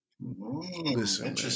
listen